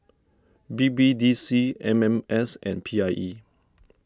B B D C M M S and P I E